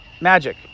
magic